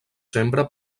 sembra